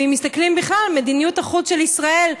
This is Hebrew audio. ואם מסתכלים בכלל על מדיניות החוץ של ישראל,